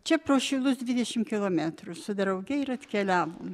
čia pro šilus dvidešim kilometrų su drauge ir atkeliavom